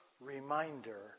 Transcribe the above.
reminder